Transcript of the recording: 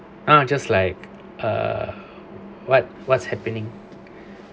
ah just like err what what's happening